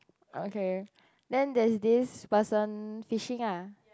okay then there's this person fishing ah